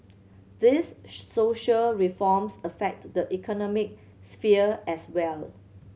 these social reforms affect the economic sphere as well